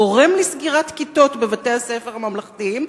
גורם לסגירת כיתות בבתי-הספר הממלכתיים,